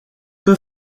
peu